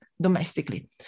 domestically